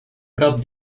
prop